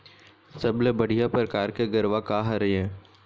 सबले बढ़िया परकार के गरवा का हर ये?